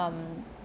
um